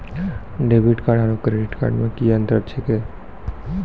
Debit card आरू credit card मे कि अन्तर छैक?